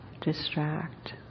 distract